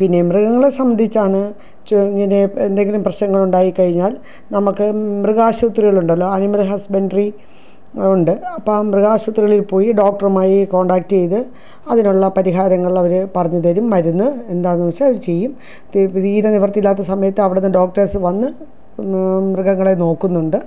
പിന്നെ മൃഗങ്ങളെ സംബന്ധിച്ചാണ് ച്ചി ഇങ്ങനെ എന്തെങ്കിലും പ്രശ്നങ്ങളുണ്ടായിക്കഴിഞ്ഞാൽ നമുക്ക് മൃഗാശുപത്രികളുണ്ടല്ലോ അനിമൽ ഹസ്ബൻട്രി ഉണ്ട് അപ്പോള് ആ മൃഗാശുപത്രി പോയി ഡോക്ടറുമായി കോണ്ടാക്റ്റെയ്ത് അതിനുള്ള പരിഹാരങ്ങളവര് പറഞ്ഞുതരും മരുന്ന് എന്താണെന്നുവച്ചാല് അവര് ചെയ്യും തീരെ നിവർത്തില്ലാത്ത സമയത്തവിടുന്ന് ഡോക്ടേഴ്സ് വന്ന് മൃഗങ്ങളെ നോക്കുന്നുണ്ട്